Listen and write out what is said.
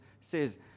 says